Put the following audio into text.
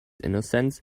innocence